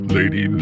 Lady